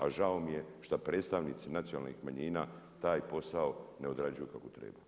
A žao mi je što predstavnici nacionalnih manjina taj posao ne odrađuju kako treba.